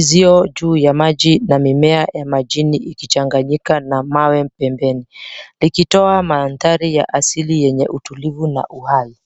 zilio juu ya maji na mimea ya majini ikichanganyika na mawe pembeni, ikitoa maandhari ya asili yenye utulivu na uhai.